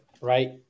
right